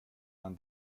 man